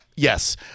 Yes